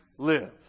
live